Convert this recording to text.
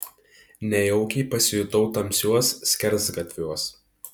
nejaukiai pasijutau tamsiuos skersgatviuos